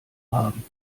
haben